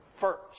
first